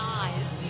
eyes